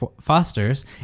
fosters